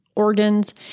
Organs